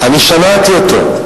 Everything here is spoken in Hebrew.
אני שמעתי אותו.